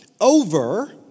over